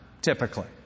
typically